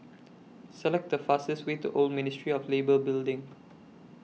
Select The fastest Way to Old Ministry of Labour Building